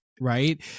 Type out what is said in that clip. right